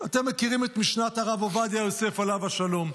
אתם מכירים את משנת הרב עובדיה יוסף, עליו השלום.